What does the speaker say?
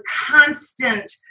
constant